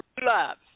love